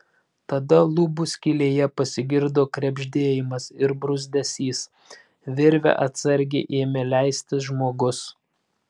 tada lubų skylėje pasigirdo krebždėjimas ir bruzdesys virve atsargiai ėmė leistis žmogus